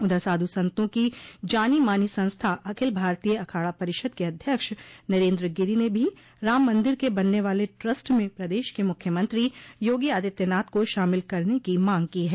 उधर साधु संतो की जानोमानी संस्था अखिल भारतीय अखाड़ा परिषद के अध्यक्ष नरेन्द्र गिरि ने भी राम मंदिर के बनने वाले ट्रस्ट में प्रदेश के मुख्यमंत्री योगी आदित्यनाथ को शामिल करने की मांग की है